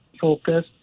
focus